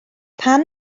pan